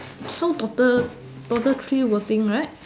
so total total three voting right